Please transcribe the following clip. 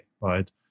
right